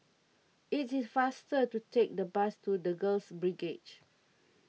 It is faster to take the bus to the Girls Brigade